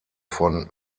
von